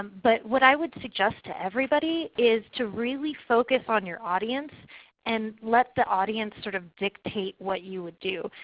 but what i would suggest to everybody is to really focus on your audience and let the audience sort of dictate what you would do.